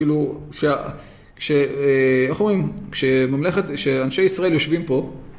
כאילו, איך אומרים, כשממלכת, כשאנשי ישראל יושבים פה...